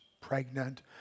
pregnant